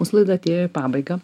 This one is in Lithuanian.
mūsų laida atėjo į pabaigą